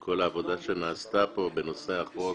כל העבודה שנעשתה פה בנושא החוק.